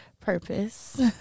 purpose